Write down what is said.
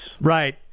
Right